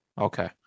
Okay